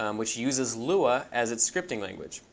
um which uses lua as its scripting language.